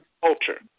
culture